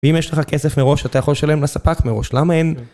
ואם יש לך כסף מראש אתה יכול שלם לספק מראש, למה אין?